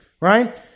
right